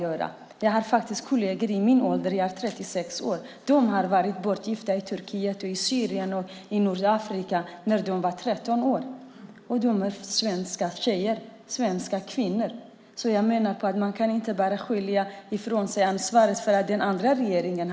Jag har faktiskt kolleger i min ålder - jag är 36 år - som blev bortgifta i Turkiet, i Syrien och i Nordafrika när de var 13 år, och de är svenska kvinnor. Jag menar att man inte bara kan skjuta över ansvaret på den tidigare regeringen.